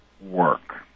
work